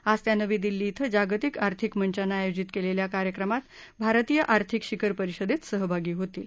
आज त्या नवी दिल्ली ध्वें जागतिक आर्थिक मंचानं आयोजित केलेल्या कार्यक्रमात भारतीय आर्थिक शिखर परिषदेत सहभागी होतील